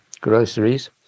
groceries